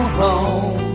home